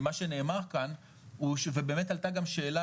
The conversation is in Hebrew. שנאמר כאן הוא שבאמת עלתה גם שאלה